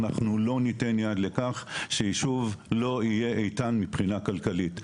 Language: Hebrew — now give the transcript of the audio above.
אנחנו לא ניתן יד לכך שיישוב לא יהיה איתן מבחינה כלכלית.